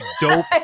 dope